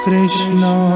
Krishna